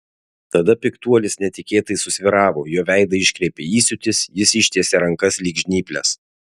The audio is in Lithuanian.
tada piktuolis netikėtai susvyravo jo veidą iškreipė įsiūtis jis ištiesė rankas lyg žnyples